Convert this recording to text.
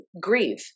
grieve